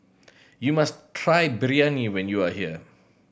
you must try Biryani when you are here